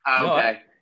okay